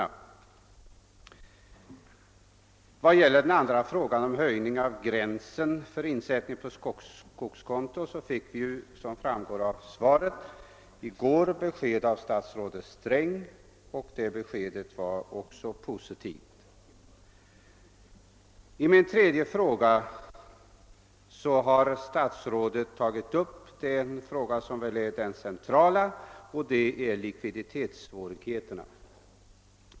Beträffande den andra frågan, om en höjning av gränsen för insättning på skogskonto, fick vi ju, såsom framgår av svaret, i går besked av statsrådet Sträng, också det i positiv riktning. Som svar på min tredje fråga har statsrådet tagit upp det som är det centrala, nämligen likviditetssvårigheterna.